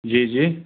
जी जी